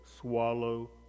swallow